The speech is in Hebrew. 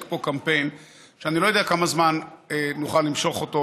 פה קמפיין שאני לא יודע כמה זמן נוכל למשוך אותו,